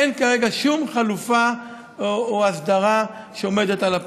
אין כרגע שום חלופה או הסדרה שעומדת על הפרק.